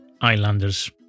islanders